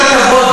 ועם כל הכבוד,